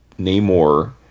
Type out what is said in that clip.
Namor